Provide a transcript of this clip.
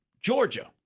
Georgia